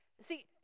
See